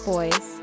Boys